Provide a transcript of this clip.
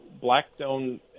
blackstone